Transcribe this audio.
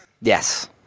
Yes